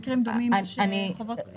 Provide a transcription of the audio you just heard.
לראות היכן במקרים דומים יש חובות כאלה?